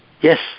Yes